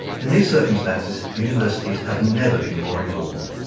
in these circumstances universities have never been more important.